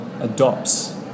adopts